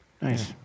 Nice